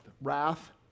wrath